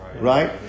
Right